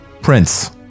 prince